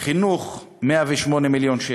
חינוך, 108 מיליון שקל,